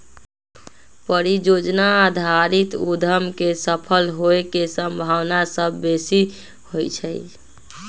परिजोजना आधारित उद्यम के सफल होय के संभावना सभ बेशी होइ छइ